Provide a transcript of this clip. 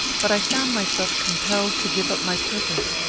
but i found myself compelled to give up my purpose.